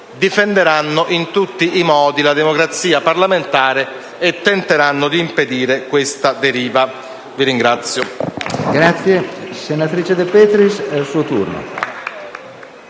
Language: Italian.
difenderà in tutti i modi la democrazia parlamentare tentando di impedire questa deriva. *(Applausi